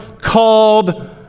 called